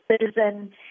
Citizen